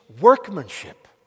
workmanship